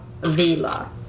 Vila